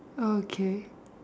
okay